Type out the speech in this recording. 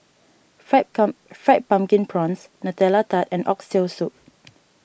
Fried Come Fried Pumpkin Prawns Nutella Tart and Oxtail Soup